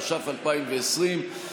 התש"ף 2020,